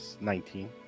Nineteen